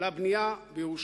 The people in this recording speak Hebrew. לבנייה בירושלים.